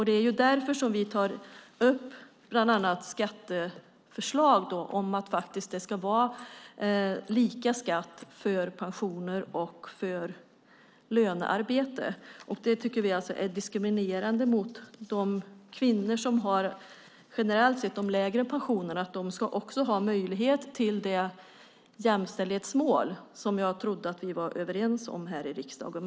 Det är därför vi tar upp bland annat skatteförslag om att det ska vara lika skatt för pensioner och lönearbete. Vi tycker att detta är diskriminerande mot kvinnor, som generellt sett har lägre pensioner. De ska också ha möjlighet till det jämställdhetsmål som jag trodde att vi var överens om här i riksdagen.